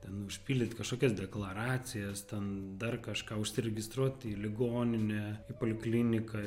ten užpildyt kažkokias deklaracijas ten dar kažką užsiregistruot į ligoninę į polikliniką